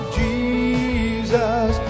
jesus